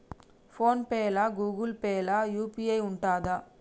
Phone pay లా Google Pay లా UPI ఉంటదా?